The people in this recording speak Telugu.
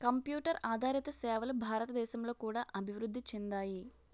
కంప్యూటర్ ఆదారిత సేవలు భారతదేశంలో కూడా అభివృద్ధి చెందాయి